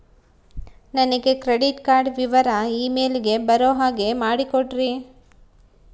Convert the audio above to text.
ನನಗೆ credit card ವಿವರ email ಗೆ ಬರೋ ಹಾಗೆ ಮಾಡಿಕೊಡ್ರಿ?